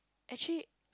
actually